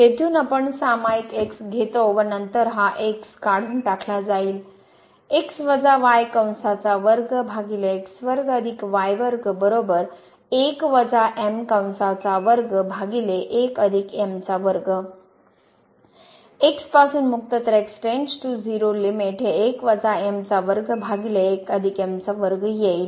तेथून आपण सामाईक घेतो व नंतर हा x काढून टाकला जाईल x पासून मुक्त तर x → 0 लिमिट हे येईल